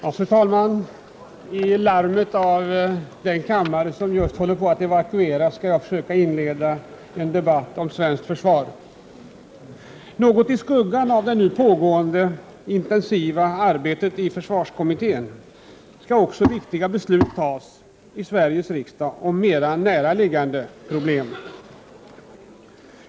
Fru talman! I larmet från den kammare som just håller på att evakueras skall jag försöka inleda en debatt om svenskt försvar. Något i skuggan av det nu pågående intensiva arbetet i försvarskommittén skall också viktiga beslut fattas i Sveriges riksdag om mera näraliggande problem.